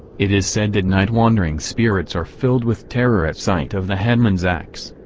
it is said that night-wandering spirits are filled with terror at sight of the headman's axe.